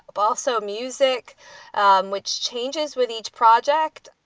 also music um which changes with each project,